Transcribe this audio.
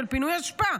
של פינוי אשפה.